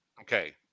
Okay